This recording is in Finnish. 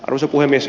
arvoisa puhemies